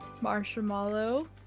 marshmallow